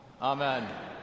Amen